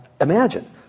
Imagine